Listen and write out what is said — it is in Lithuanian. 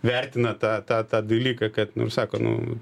vertina tą tą tą dalyką kad nu sako nu